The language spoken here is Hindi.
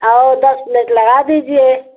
और दस प्लेट लगा दीजिये